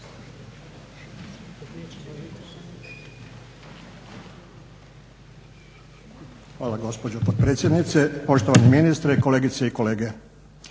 Hvala gospođo potpredsjednice, poštovani ministre, kolegice i kolege.